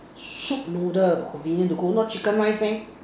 soup noodle convenient to go not chicken rice meh